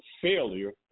failure